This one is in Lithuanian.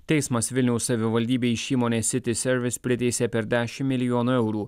teismas vilniaus savivaldybei iš įmonės city service priteisė per dešimt milijonų eurų